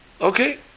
Okay